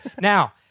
Now